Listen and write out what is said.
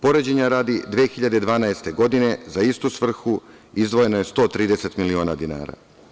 Poređanja radi, 2012. godine za istu svrhu izdvojeno je 130 miliona dinara.